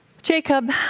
Jacob